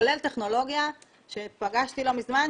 כולל טכנולוגיה שפגשתי לא מזמן,